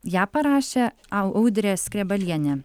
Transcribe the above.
ją parašė au audrė srėbalienė